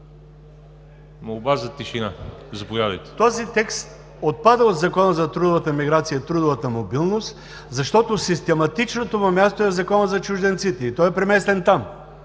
молба за тишина. Заповядайте. ХАСАН АДЕМОВ: Този текст отпада от Закона за трудовата миграция и трудовата мобилност, защото систематичното му място е в Закона за чужденците и той е преместен там.